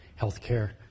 healthcare